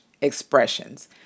expressions